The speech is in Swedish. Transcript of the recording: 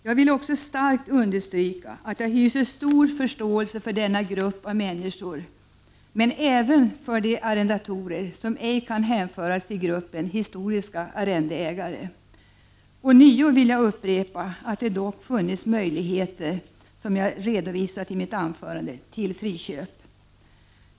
Jag vill också starkt understryka att jag hyser stor förståelse för denna grupp av människor, men även för de arrendatorer som ej kan hänföras till gruppen historiska arrendeägare. Ånyo vill jag upprepa att det dock har funnits möjligheter som jag tidigare redovisat, till friköp.